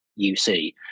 UC